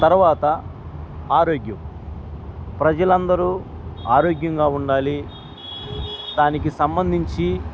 తర్వాత ఆరోగ్యం ప్రజలందరూ ఆరోగ్యంగా ఉండాలి దానికి సంబంధించి